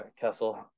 Kessel